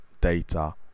data